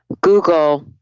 Google